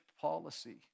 policy